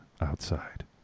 outside